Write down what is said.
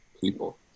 people